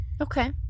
Okay